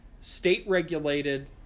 state-regulated